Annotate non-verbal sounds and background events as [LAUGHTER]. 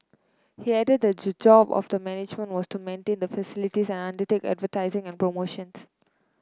he added that [UNINTELLIGIBLE] job of the management was to maintain the facilities and undertake advertising and promotions